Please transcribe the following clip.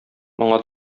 моңа